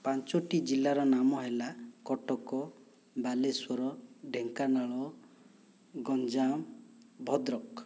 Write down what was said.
ପାଞ୍ଚୋଟି ଜିଲ୍ଲାର ନାମ ହେଲା କଟକ ବାଲେଶ୍ଵର ଢେଙ୍କାନାଳ ଗଞ୍ଜାମ ଭଦ୍ରକ